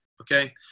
Okay